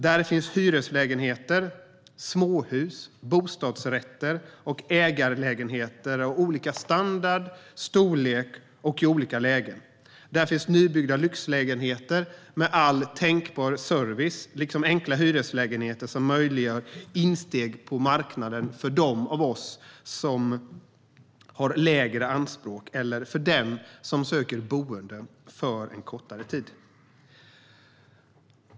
Där finns hyreslägenheter, småhus, bostadsrätter och ägarlägenheter av olika standard och storlek och i olika lägen. Där finns nybyggda lyxlägenheter med all tänkbar service liksom enkla hyreslägenheter som möjliggör insteg på bostadsmarknaden för dem av oss med lägre anspråk eller för den som söker boende för en kortare tid. Herr talman!